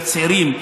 לצעירים,